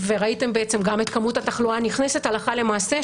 וראיתם גם את כמות התחלואה הנכנסת הלכה למעשה,